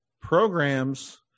programs